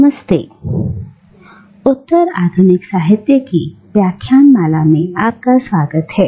नमस्ते और उत्तर आधुनिक साहित्य की व्याख्यानमाला में आपका स्वागत है